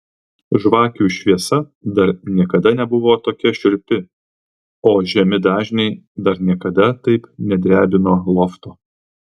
žvakių šviesa dar niekada nebuvo tokia šiurpi o žemi dažniai dar niekada taip nedrebino lofto